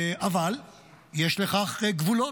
אבל יש לכך גבולות.